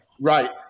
right